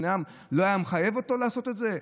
לא היה מחייב אותו לעשות את זה?